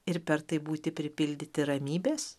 ir per tai būti pripildyti ramybės